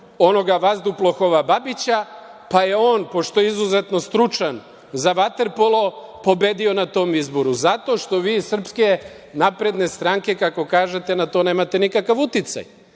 onoga vazduhoplova Babića, pa je on, pošto je izuzetno stručan za vaterpolo, pobedio na tom izboru, zato što vi iz SNS, kako kažete, na to nemate nikakav uticaj